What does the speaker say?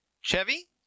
Chevy